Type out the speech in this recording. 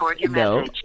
no